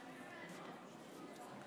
חברי